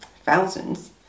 thousands